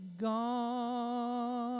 Gone